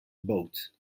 boat